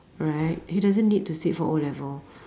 right he doesn't need to sit for O-level